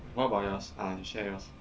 what about yours ah you share yours